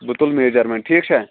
بہٕ تُلہٕ میجرمینٛٹ ٹھیٖک چھا